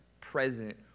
present